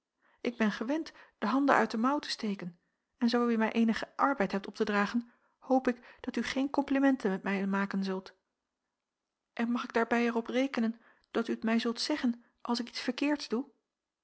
ik ben gewend de handen uit de mouw te steken en zoo u mij eenigen arbeid hebt op te dragen hoop ik dat u geen komplimenten met mij maken zult en mag ik daarbij er op rekenen dat u t mij zult zeggen als ik iets verkeerds doe